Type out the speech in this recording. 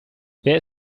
wer